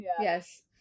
yes